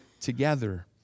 together